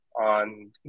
on